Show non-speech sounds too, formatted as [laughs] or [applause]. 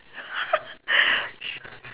[laughs]